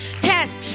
test